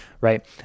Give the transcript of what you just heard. right